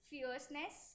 fierceness